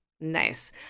Nice